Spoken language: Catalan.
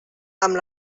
amb